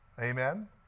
Amen